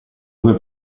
ove